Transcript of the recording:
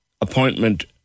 appointment